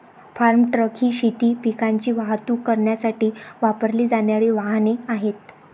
form truck ही शेती पिकांची वाहतूक करण्यासाठी वापरली जाणारी वाहने आहेत